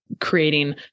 creating